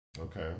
okay